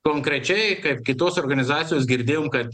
konkrečiai kaip kitos organizacijos girdėjoe kad